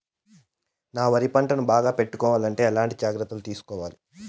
నా వరి పంటను బాగా పెట్టుకోవాలంటే ఎట్లాంటి జాగ్రత్త లు తీసుకోవాలి?